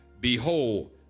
Behold